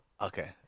Okay